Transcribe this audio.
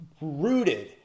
Rooted